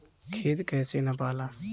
खेत कैसे नपाला?